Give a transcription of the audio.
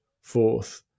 fourth